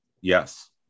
Yes